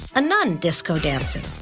a nun disco dancing,